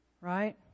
right